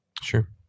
Sure